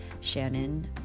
Shannon